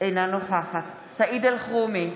אינה נוכחת סעיד אלחרומי,